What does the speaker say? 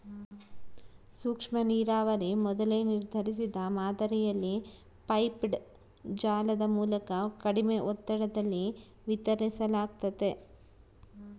ಸೂಕ್ಷ್ಮನೀರಾವರಿ ಮೊದಲೇ ನಿರ್ಧರಿಸಿದ ಮಾದರಿಯಲ್ಲಿ ಪೈಪ್ಡ್ ಜಾಲದ ಮೂಲಕ ಕಡಿಮೆ ಒತ್ತಡದಲ್ಲಿ ವಿತರಿಸಲಾಗ್ತತೆ